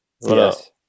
Yes